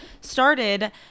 started